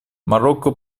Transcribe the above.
марокко